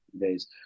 days